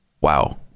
Wow